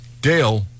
Dale